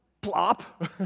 Plop